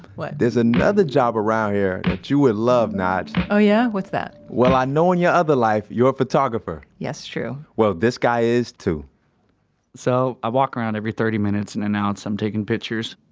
there's another job around here that you would love, nige oh yeah, what's that? well i know in your other life, you're a photographer yes, true well this guy is too so i walk around every thirty minutes and announce i'm taking pictures